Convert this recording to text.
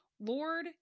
lord